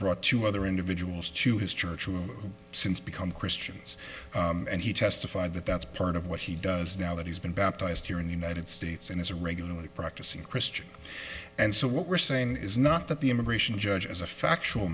brought two other individuals to his church who since become christians and he testified that that's part of what he does now that he's been baptized here in the united states and is a regularly practicing christian and so what we're saying is not that the immigration judge as a factual